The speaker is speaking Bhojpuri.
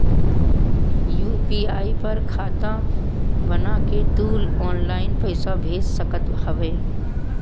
यू.पी.आई पर खाता बना के तू ऑनलाइन पईसा भेज सकत हवअ